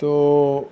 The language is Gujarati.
તો